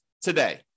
today